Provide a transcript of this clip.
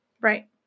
right